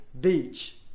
beach